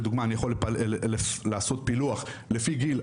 לדוגמא אני לא יכול לעשות פילוח לפי גיל,